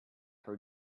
her